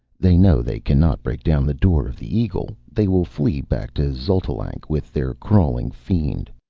they know they cannot break down the door of the eagle. they will flee back to xotalanc, with their crawling fiend.